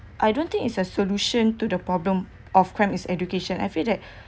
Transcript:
I don't think is a solution to the problem of crime is education I feel that